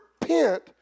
repent